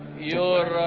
your